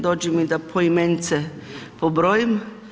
Dođe mi da poimence pobrojim.